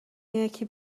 یکی